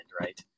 right